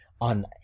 on